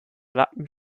wappen